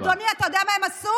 אדוני, אתה יודע מה הם עשו?